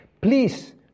Please